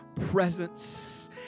presence